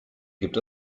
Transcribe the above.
gibt